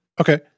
Okay